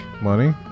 Money